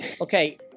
okay